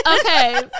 okay